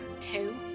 two